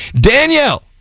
Danielle